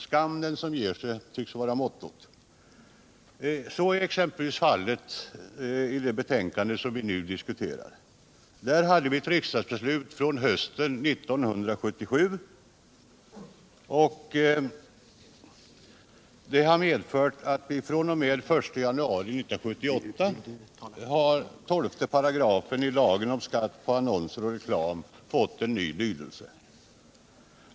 ”Skam den som ger sig”, tycks vara mottot. Så är exempelvis fallet i det betänkande som vi nu diskuterar. Genom ett riksdagsbeslut från hösten 1977 har 12 § i lagen om skatt på annonser och reklam fr.o.m. den 1 januari 1978 fått en ny lydelse.